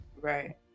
Right